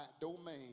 domain